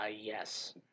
Yes